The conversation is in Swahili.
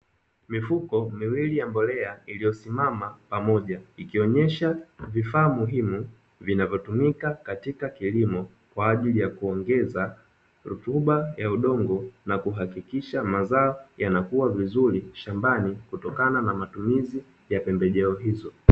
Mifuko miwili ya mbolea iliyosimama pamoja ikionyesha vifaa muhimu vinavyotumika katika kilimo kwa ajili ya kuongeza rutuba ya udongo na kuhakikisha mazao yanakuwa vizuri shambani kutokana na matumizi ya pembejeo hizo.